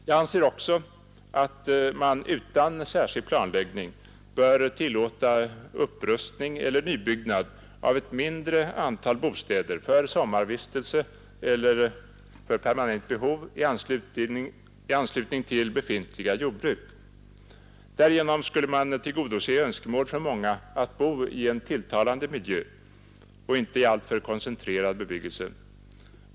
Jag anser också att man utan särskild planläggning bör tillåta upprustning eller nybyggnad av ett mindre antal bostäder för sommarvistelse eller för permanent behov i anslutning till befintliga jordbruk. Därigenom skulle man tillgodose önskemål från många att bo i en tilltalande miljö och inte i alltför koncentrerad bebyggelse.